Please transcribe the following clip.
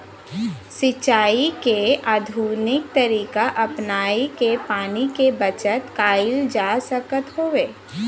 सिंचाई के आधुनिक तरीका अपनाई के पानी के बचत कईल जा सकत हवे